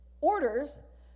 orders